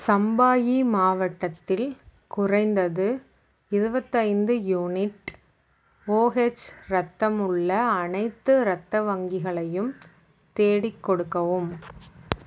சம்பாயி மாவட்டத்தில் குறைந்தது இருபத்தைந்து யூனிட் ஓஎச் இரத்தம் உள்ள அனைத்து இரத்த வங்கிகளையும் தேடிக் கொடுக்கவும்